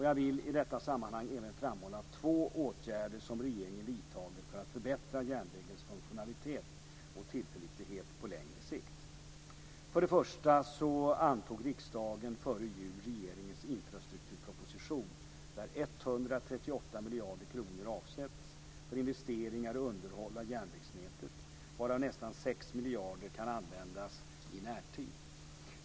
Jag vill i detta sammanhang även framhålla två åtgärder som regeringen vidtagit för att förbättra järnvägens funktionalitet och tillförlitlighet på längre sikt. För det första antog riksdagen före jul regeringens infrastrukturproposition där 138 miljarder kronor avsätts för investeringar och underhåll av järnvägsnätet, varav nästan 6 miljarder kan användas i närtid.